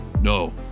No